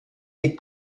des